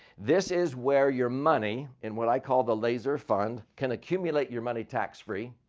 this is where your money and what i call the laser fund can accumulate your money tax-free.